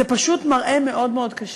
זה פשוט מראה מאוד מאוד קשה.